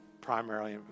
primarily